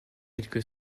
quelque